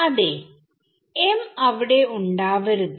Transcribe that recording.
അതേ m അവിടെ ഉണ്ടാവരുത്